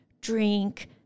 drink